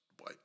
white